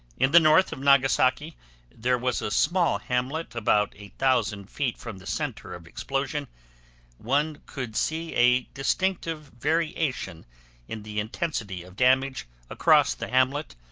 in the north of nagasaki there was a small hamlet about eight thousand feet from the center of explosion one could see a distinctive variation in the intensity of damage across the hamlet,